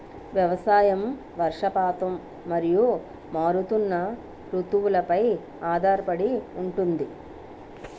వ్యవసాయం వర్షపాతం మరియు మారుతున్న రుతువులపై ఆధారపడి ఉంటుంది